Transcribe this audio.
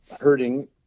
hurting